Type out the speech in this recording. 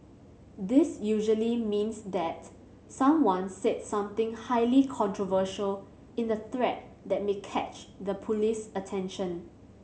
this usually means that someone said something highly controversial in the thread that may catch the police's attention